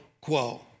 quo